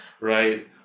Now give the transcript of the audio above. Right